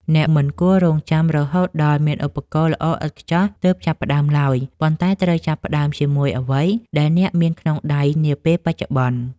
អ្នកមិនគួររង់ចាំរហូតដល់មានឧបករណ៍ល្អឥតខ្ចោះទើបចាប់ផ្តើមឡើយ ប៉ុន្តែត្រូវចាប់ផ្តើមជាមួយអ្វីដែលអ្នកមានក្នុងដៃនាពេលបច្ចុប្បន្ន។